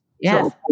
Yes